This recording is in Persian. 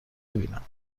بیینم